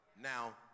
Now